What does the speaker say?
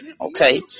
okay